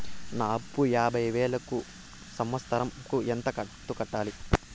నా అప్పు యాభై వేలు కు సంవత్సరం కు ఎంత కంతు కట్టాలి?